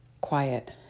quiet